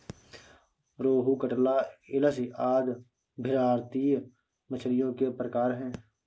रोहू, कटला, इलिस आदि भारतीय मछलियों के प्रकार है